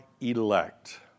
elect